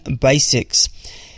basics